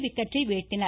விக்கெட்டை வீழ்த்தினர்